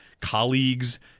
colleagues